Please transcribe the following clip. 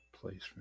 placement